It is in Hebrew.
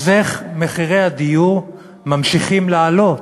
אז איך מחירי הדיור ממשיכים לעלות?